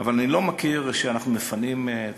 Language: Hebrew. אבל אני לא מכיר שאנחנו מפנים.